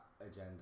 agenda